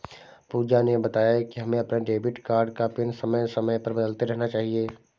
पूजा ने बताया कि हमें अपने डेबिट कार्ड का पिन समय समय पर बदलते रहना चाहिए